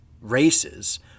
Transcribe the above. races